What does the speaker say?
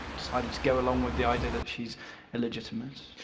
decided to go along with the idea that she's illegitimate.